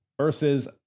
versus